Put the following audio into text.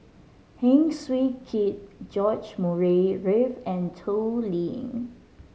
Heng Swee Keat George Murray Reith and Toh Liying